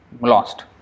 lost